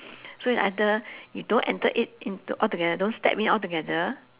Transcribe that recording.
so it's either you don't enter it into altogether don't step in altogether